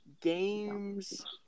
games